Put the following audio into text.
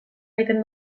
egiten